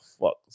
fuck